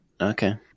Okay